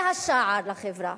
זה השער לחברה.